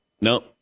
no